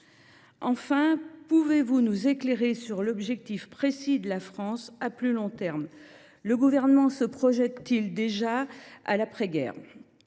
Enfin, pouvez vous nous éclairer sur l’objectif précis de la France à plus long terme. Le Gouvernement se projette t il déjà vers l’après guerre ?